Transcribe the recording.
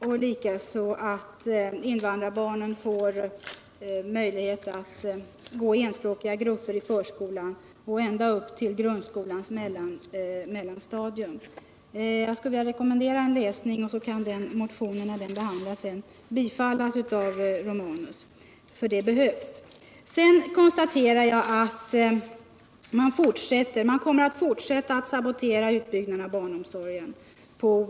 Vi föreslår också att invandrarbarnen får möjlighet att gå i enspråkiga grupper i förskolan och ända upp i-grundskolans mellanstadium. Jag skulle vilja rekommendera en läsning av motionen. När motionen sedan kommer upp till behandling kan den då stödjas av herr Romanus. Dessa åtgärder behövs nämligen. Sedan konstaterar jag att man på olika sätt kommer att fortsätta att sabotera utbyggnaden av barnomsorgen.